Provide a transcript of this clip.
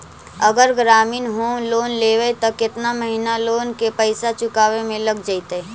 अगर ग्रामीण home loan लेबै त केतना महिना लोन के पैसा चुकावे में लग जैतै?